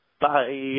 Bye